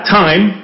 time